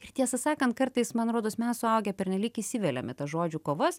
ir tiesą sakant kartais man rodos mes suaugę pernelyg įsiveliam į tas žodžių kovas